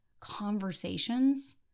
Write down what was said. conversations